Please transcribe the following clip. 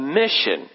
mission